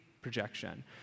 projection